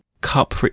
Cup